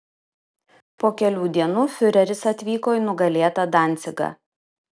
po kelių dienų fiureris atvyko į nugalėtą dancigą